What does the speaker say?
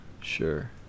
sure